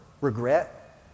regret